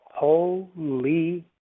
holy